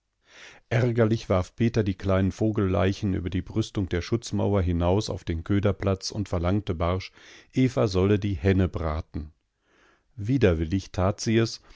ärgerlich warf peter die kleinen vogelleichen über die brüstung der schutzmauer hinaus auf den köderplatz und verlangte barsch eva solle die henne braten widerwillig tat sie es